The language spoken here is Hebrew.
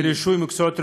לרישוי מקצועות רפואיים.